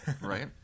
Right